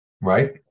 Right